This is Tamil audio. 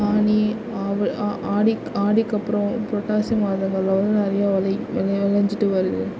ஆனி ஆ ஆடி ஆடிக்கு அப்புறம் புரட்டாசி மாதங்களில் வந்து நிறையா விளை விளைஞ்சிட்டு வருது